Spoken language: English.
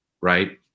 right